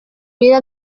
vida